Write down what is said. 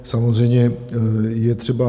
Samozřejmě je třeba...